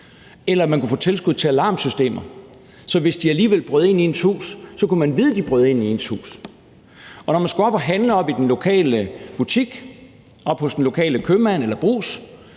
Eller man kunne få tilskud til alarmsystemer, sådan at man, hvis de alligevel brød ind i ens hus, kunne vide, at de brød ind i ens hus. Og når man skulle op at handle i den lokale butik, oppe hos den lokale købmand eller brugs,